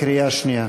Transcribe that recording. בקריאה שנייה,